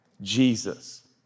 Jesus